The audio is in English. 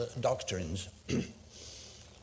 doctrines